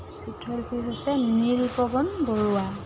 চিত্ৰশিল্পী হৈছে নীল পৱন বৰুৱা